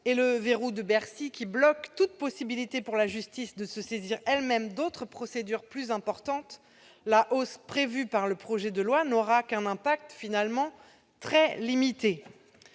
et le verrou de Bercy bloquant toute possibilité pour la justice de se saisir elle-même d'autres procédures plus importantes, la hausse prévue par le projet de loi n'aura qu'un impact finalement très limité.